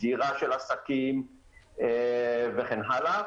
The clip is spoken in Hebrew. סגירה של עסקים וכן הלאה.